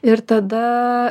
ir tada